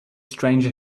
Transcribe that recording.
stranger